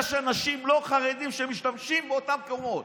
יש אנשים לא חרדים שמשתמשים באותן קומות,